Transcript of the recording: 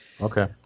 okay